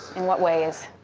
in what ways?